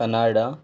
Canada